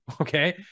okay